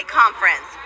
conference